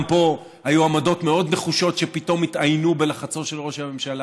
גם פה היו עמדות מאוד נחושות שפתאום התאיינו בלחצו של ראש הממשלה.